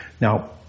Now